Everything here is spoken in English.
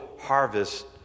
harvest